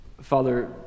Father